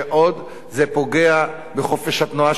זה פוגע בחופש התנועה של בני-אדם,